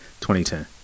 2010